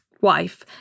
Wife